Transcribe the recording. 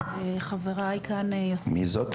חבריי כאן --- מי זאת,